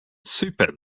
super